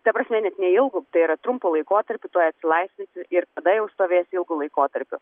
ta prasme net neilgu tai yra trumpu laikotarpiu tuoj atsilaisvinsiu ir tada jau stovėsiu ilgu laikotarpiu